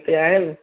उते आहिनि